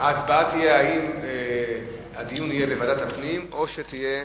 ההצבעה תהיה האם הדיון יהיה בוועדת הפנים או שתהיה,